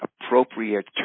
appropriate